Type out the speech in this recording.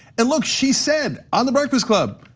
and look, she said, on the breakfast club.